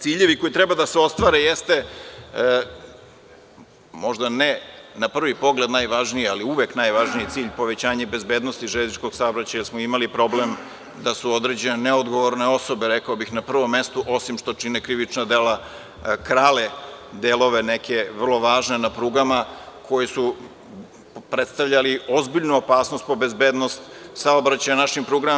Ciljevi koji treba da se ostvare jeste možda ne na prvi pogled najvažnije, ali uvek najvažniji cilj povećanje bezbednost železničkog saobraćaja smo imali problem da su određene neodgovorne osobe, rekao bih na prvom mestu, osim što čine krivična dela, krale delove neke vrlo važne, na prugama, koje su predstavljali ozbiljnu opasnost po bezbednost saobraćaja našim prugama.